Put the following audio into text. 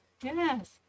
Yes